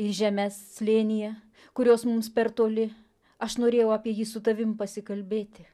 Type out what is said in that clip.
į žemes slėnyje kurios mums per toli aš norėjau apie jį su tavim pasikalbėti